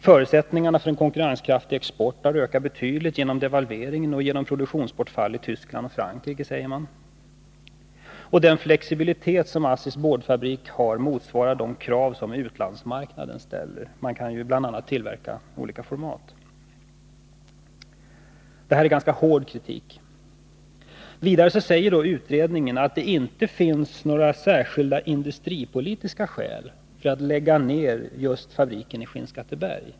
Förutsättningarna för en konkurrenskraftig export har ökat betydligt genom devalveringen och genom produktionsbortfall i Tyskland och Frankrike, säger man. Och den flexibilitet som ASSI:s boardfabrik har motsvarar de krav som utlandsmarknaden ställer — man kan bl.a. tillverka olika format. Detta är en ganska hård kritik. Vidare säger utredningen att det inte finns några särskilda industripolitiska skäl för att lägga ned just fabriken i Skinnskatteberg.